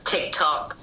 TikTok